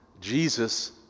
Jesus